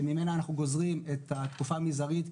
שממנה אנחנו גוזרים את התקופה המזערית,